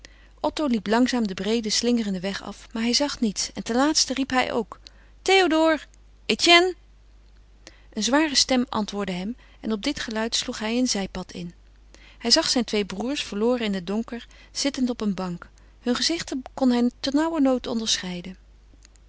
otto liep langzaam den breeden slingerenden weg af maar hij zag niets en ten laatste riep hij ook théodore etienne een zware stem antwoordde hem en op dit geluid sloeg hij een zijpad in hij zag zijn twee broêrs verloren in het donker zittend op een bank hun gezichten kon hij ternauwernood onderscheiden